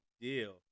deal